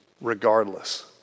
regardless